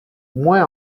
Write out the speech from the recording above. moins